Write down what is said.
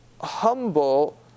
humble